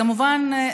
כמובן,